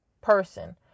person